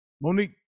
Monique